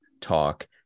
talk